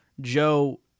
Joe